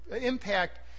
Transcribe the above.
impact